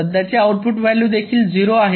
सध्याचे output value देखील 0 आहे